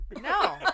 No